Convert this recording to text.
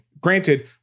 Granted